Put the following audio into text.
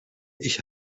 ich